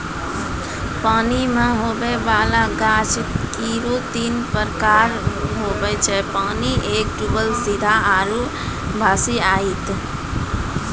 पानी मे हुवै वाला गाछ केरो तीन प्रकार हुवै छै पानी मे डुबल सीधा आरु भसिआइत